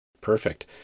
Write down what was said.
Perfect